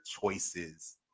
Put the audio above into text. choices